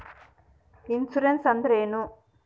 Insurance ಅಂದ್ರೇನು?